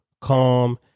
calm